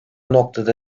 noktada